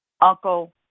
uncle